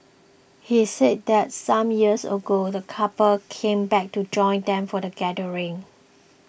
he said that some years ago the couple came back to join them for the gathering